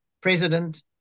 President